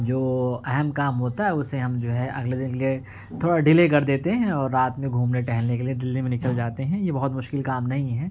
جو اہم کام ہوتا ہے اسے ہم جو ہے اگلے دن کے لے تھوڑا ڈلے کر دیتے ہیں اور رات میں گھومنے ٹہلنے کے لیے دلی میں نکل جاتے ہیں یہ بہت مشکل کام نہیں ہے